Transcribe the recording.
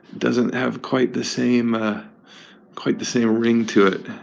doesn't have quite the same quite the same ring to it,